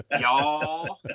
y'all